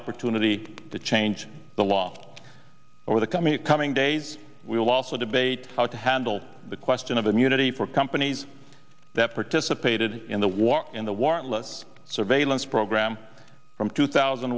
opportunity to change the law over the coming coming days we'll also debate how to handle the question of immunity for companies that participated in the war in the warrantless surveillance program from two thousand